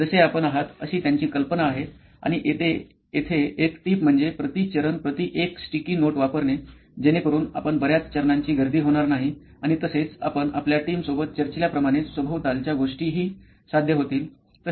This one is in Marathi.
जसे आपण आहात अशी त्यांची कल्पना आहे आणि येथे एक टीप म्हणजे प्रति चरण प्रति एक स्टिकी नोट वापरणे जेणेकरून आपण बर्याच चरणांची गर्दी होणार नाही आणि तसेच आपण आपल्या टीम सोबत चर्चिल्या प्रमाणे सभोवतालच्या गोष्टी हि साध्य होतील